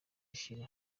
ishira